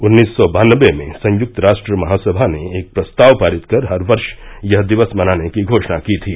उन्नीस सौ बानवे में संयुक्त राष्ट्र महासभा ने एक प्रस्ताव पारित कर हर वर्ष यह दिवस मनाने की घोषणा की थी